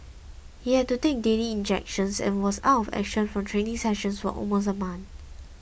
he had to take daily injections and was out of action from training sessions for almost a month